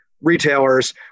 retailers